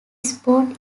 sport